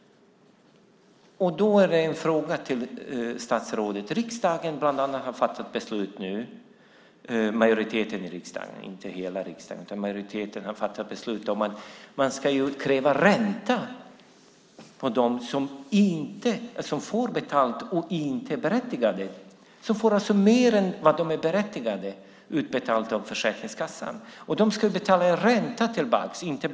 Riksdagsmajoriteten har fattat beslut om att man ska kräva ränta från dem som får mer pengar än vad de är berättigade till utbetalda av Försäkringskassan. De ska betala tillbaka pengarna med ränta.